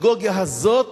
שהדמגוגיה הזאת